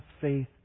faith